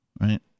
right